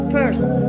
First